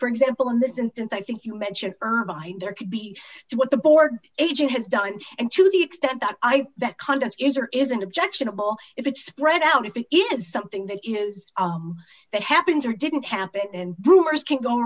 for example in this instance i think you mentioned irvine there could be what the border agent has done and to the extent that that content is or isn't objectionable if it spread out if it is something that is that happens or didn't happen and brewers can go